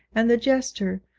and the jester,